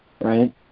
Right